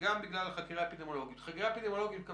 זאת אומרת שאם 25,516 אנשים אותרו על ידי פעולות הסיוע,